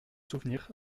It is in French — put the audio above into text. souvenir